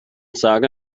sage